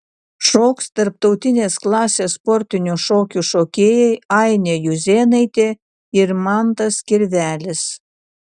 šoks tarptautinės klasės sportinių šokių šokėjai ainė juzėnaitė ir mantas kirvelis